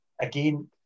again